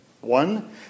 One